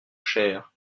cher